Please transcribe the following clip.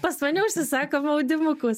pas mane užsisako maudymukus